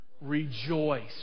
rejoice